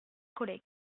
collègue